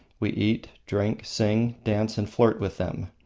we eat, drink, sing, dance, and flirt with them.